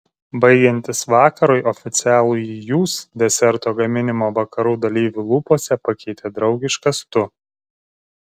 baigiantis vakarui oficialųjį jūs deserto gaminimo vakarų dalyvių lūpose pakeitė draugiškas tu